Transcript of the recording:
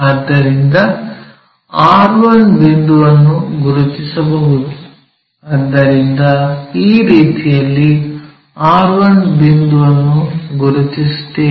ಆದ್ದರಿಂದ r1 ಬಿಂದುವನ್ನು ಗುರುತಿಸಬಹುದು ಆದ್ದರಿಂದ ಈ ರೀತಿಯಲ್ಲಿ r1 ಬಿಂದುವನ್ನು ಗುರುತಿಸುತ್ತೇವೆ